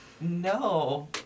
no